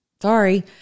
Sorry